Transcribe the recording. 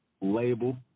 label